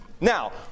Now